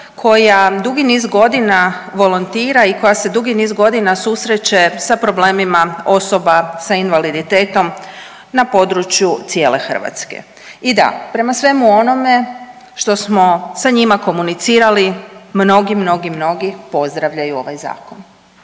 koja dugi niz godina volontira i koja se dugi niz godina susreće sa problemima osoba s invaliditetom na području cijele Hrvatske. I da, prema onome što smo sa njima komunicirali mnogi, mnogi, mnogi pozdravljaju ovaj zakon.